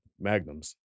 Magnums